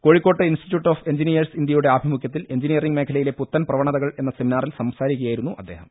കോഴിക്കോട്ട് institute of engineers ഇന്ത്യയുടെ ആഭിമുഖൃത്തിൽ എൻജീനിയറിംഗ് മേഖലയിലെ പുത്തൻ പ്രവണതകൾ എന്ന സെമിനാറിൽ സംസാരിക്കു കയായിരുന്നു അദ്ദേഹം